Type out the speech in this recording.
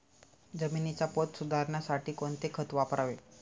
जमिनीचा पोत सुधारण्यासाठी कोणते खत वापरावे?